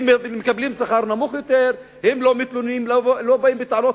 הם מקבלים שכר נמוך יותר, הם לא באים בטענות.